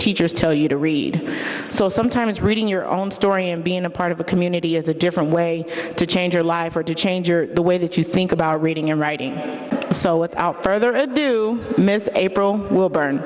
eachers tell you to read so sometimes reading your own story and being a part of a community is a different way to change your life or to change the way that you think about reading and writing so without further ado a pro will burn